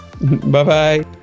Bye-bye